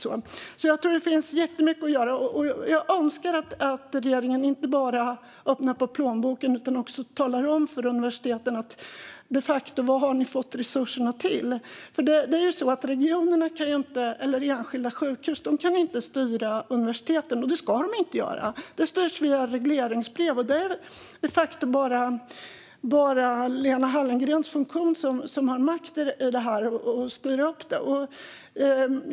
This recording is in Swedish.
Jag tror att det finns jättemycket att göra. Jag önskar att regeringen inte bara öppnar plånboken utan också talar om för universiteten vad de har fått resurserna till. Regionerna eller enskilda sjukhus kan inte styra universiteten och ska heller inte göra det. De styrs via regleringsbrev, och det är bara Lena Hallengrens funktion som har makt att styra upp det här.